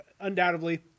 undoubtedly